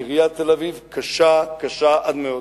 בעיריית תל-אביב, קשה, קשה עד מאוד.